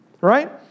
Right